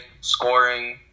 scoring